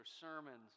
sermons